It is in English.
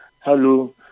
Hello